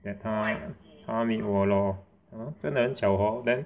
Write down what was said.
then 他他 meet 我 lor hor 真的很巧 hor then